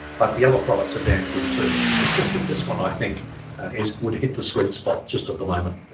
but the other products are damn good too it's just that this one i think is would hit the sweet spot just at the moment.